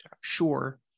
sure